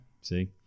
See